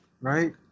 Right